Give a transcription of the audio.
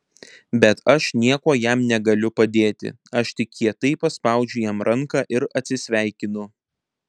bet aš niekuo jam negaliu padėti aš tik kietai paspaudžiu jam ranką ir atsisveikinu